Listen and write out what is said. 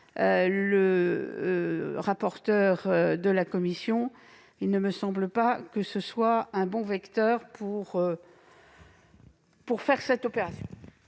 le rapporteur spécial de la commission des finances, il ne me semble pas que ce soit un bon vecteur pour faire cette opération.